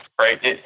right